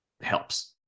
helps